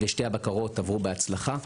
ושתי הבקרות עברו בהצלחה.